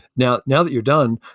now now that you're done,